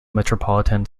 metropolitan